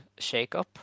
shakeup